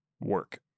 work